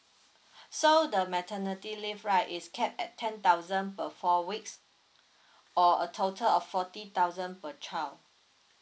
so the maternity leave right is capped at ten thousand per four weeks or a total of forty thousand per child